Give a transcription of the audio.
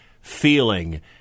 feeling